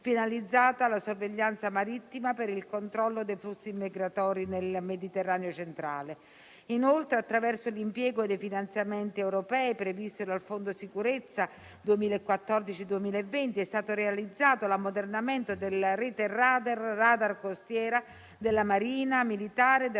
finalizzata alla sorveglianza marittima per il controllo dei flussi migratori nel Mediterraneo centrale. Inoltre, attraverso l'impiego dei finanziamenti europei previsti dal Fondo di sicurezza 2014-2020, è stato realizzato l'ammodernamento della rete *radar* costiera della Marina militare e della